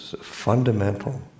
fundamental